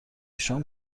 شام